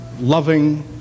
loving